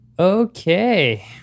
Okay